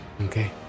Okay